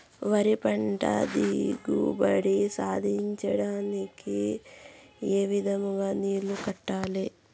వరి పంట దిగుబడి సాధించడానికి, ఏ విధంగా నీళ్లు కట్టాలి?